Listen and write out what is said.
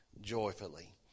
joyfully